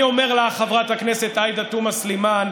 ואני אומר לך, חברת הכנסת עאידה תומא סלימאן,